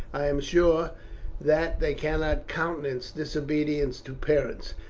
i am sure that they cannot countenance disobedience to parents.